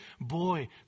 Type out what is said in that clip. boy